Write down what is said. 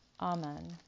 Amen